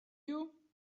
you